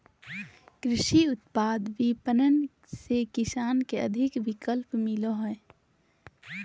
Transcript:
कृषि उत्पाद विपणन से किसान के अधिक विकल्प मिलो हइ